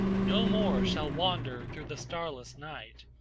no more shall wander through the starless night,